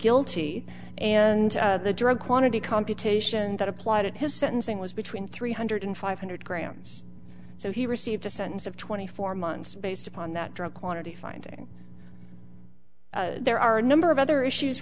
guilty and the drug quantity computation that applied at his sentencing was between three hundred five hundred grams so he received a sentence of twenty four months based upon that drug quantity finding there are a number of other issues